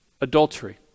adultery